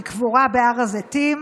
היא קבורה בהר הזיתים,